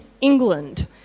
England